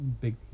Big